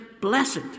blessed